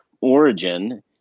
origin